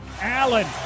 Allen